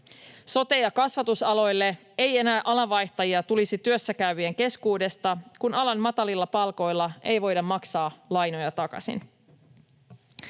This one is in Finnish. Sote- ja kasvatusaloille ei enää alanvaihtajia tulisi työssäkäyvien keskuudesta, kun alan matalilla palkoilla ei voida maksaa lainoja takaisin.